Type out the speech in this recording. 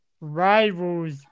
rivals